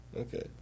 Okay